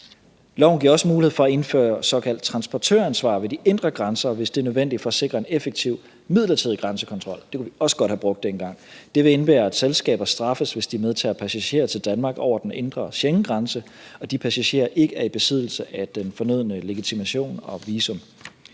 Loven giver også mulighed for at indføre såkaldt transportøransvar ved de indre grænser, hvis det er nødvendigt for at sikre en effektiv midlertidig grænsekontrol – det kunne vi også godt have brugt dengang. Det vil indebære, at selskaber straffes, hvis de medtager passagerer til Danmark over den indre Schengengrænse og de passagerer ikke er i besiddelse af den fornødne legitimation og visum.